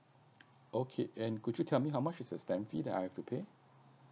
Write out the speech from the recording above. okay and could you tell me how much is the stamp fee that I have to pay